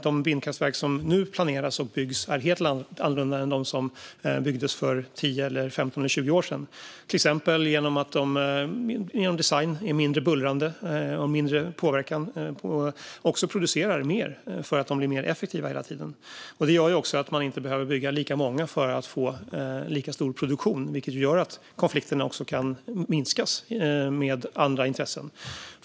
De vindkraftverk som nu planeras och byggs är helt annorlunda än de som byggdes för 10, 15 eller 20 år sedan. De bullrar mindre och påverkar mindre. De producerar mer, för de blir hela tiden mer effektiva. Det gör att man inte behöver bygga lika många för att få lika stor produktion, vilket gör att intressekonflikterna också kan minskas.